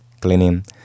cleaning